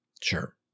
Sure